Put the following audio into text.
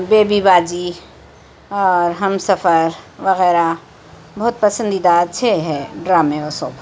بے بی باجی اور ہمسفر وغیرہ بہت پسندیدہ اچّھے ہے ڈرامے وہ سب